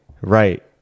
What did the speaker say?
right